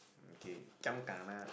okay giam gana